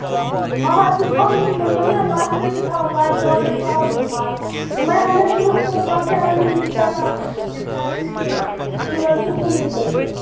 مَہر تہِ تھاوو یِمن لَچھ رۄپیہِ تھاوو لَچھ ڈۄڈ لَچھ تھاوو یِم مَہرٕ یِم ہاے اَنن تٕرٕہ سۄنہٕ وَس ہاے اَنن یِم کَرن اَصٕل پٲٹھۍ تِژھ کَتھ چھِنہٕ کیٚنہہ یہِ چھُ لَڑکہٕ کُنُے لَڑکہٕ